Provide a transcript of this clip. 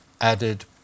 added